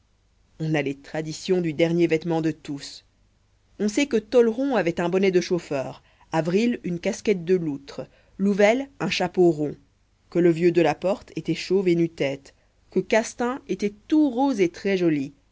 on a les traditions du dernier vêtement de tous on sait que tolleron avait un bonnet de chauffeur avril une casquette de loutre louvel un chapeau rond que le vieux delaporte était chauve et nu-tête que castaing était tout rose et très joli